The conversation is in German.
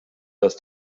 dass